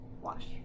wash